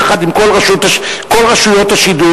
יחד עם כל רשויות השידור,